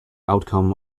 outcome